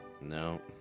No